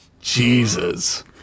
Jesus